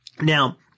Now